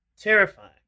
terrifying